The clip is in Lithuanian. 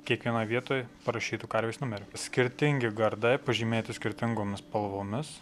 kiekvienoj vietoj parašytu karvės numeriu skirtingi gardai pažymėti skirtingomis spalvomis